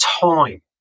time